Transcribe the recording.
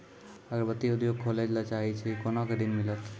अगरबत्ती उद्योग खोले ला चाहे छी कोना के ऋण मिलत?